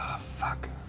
ah fuck.